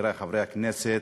חברי חברי הכנסת,